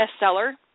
bestseller